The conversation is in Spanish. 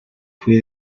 fue